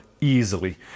easily